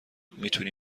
میتونی